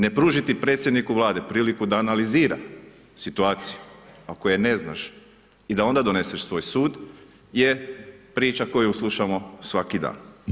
Ne pružiti predsjedniku Vlade priliku da analizira situaciju ako je ne znaš i da onda doneseš svoj sud je priču koju slušamo svaki dan.